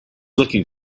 looking